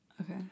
Okay